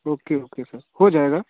okay okay sir हो जाएगा